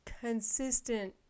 consistent